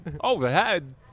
overhead